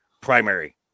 primary